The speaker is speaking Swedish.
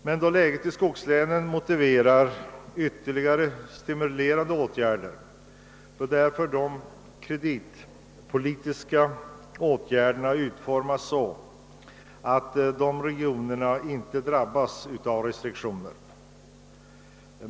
Men då läget i skogslänen motiverar ytterligare stimulansåtgärder bör de kreditpolitiska åtgärderna utformas så, att de regionerna inte drabbas av restriktioner.